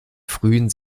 frühen